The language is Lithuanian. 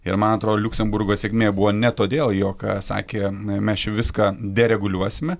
ir man atrodo liuksemburgo sėkmė buvo ne todėl jog ką sakė mes viską dereguliuosime